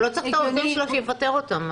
הוא לא צריך את העובדים, הוא יפטר אותם.